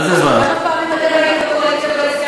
כמה פעמים אתם הייתם בקואליציה ולא הסכמתם?